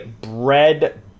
Bread